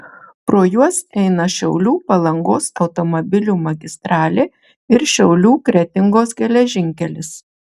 pro juos eina šiaulių palangos automobilių magistralė ir šiaulių kretingos geležinkelis